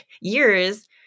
years